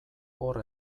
hor